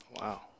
Wow